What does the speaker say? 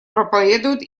проповедует